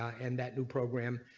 and that new program,